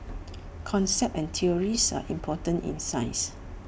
concepts and theories are important in science